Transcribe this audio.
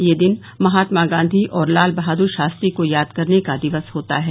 यह दिन महात्मा गांधी और लाल बहादुर शास्त्री को याद करने का दिवस होता है